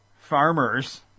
farmers